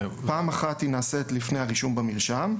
היא נעשית לפני הרישום במרשם,